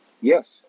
Yes